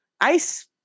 ice